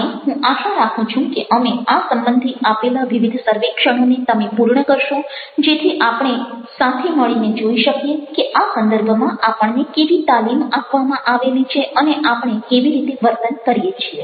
અને હું આશા રાખું છું કે અમે આ સંબંધી આપેલા વિવિધ સર્વેક્ષણોને તમે પૂર્ણ કરશો જેથી આપણે સાથે મળીને જોઈ શકીએ કે આ સંદર્ભમાં આપણને કેવી તાલીમ આપવામાં આવેલી છે અને આપણે કેવી રીતે વર્તન કરીએ છીએ